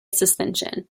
suspension